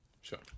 sure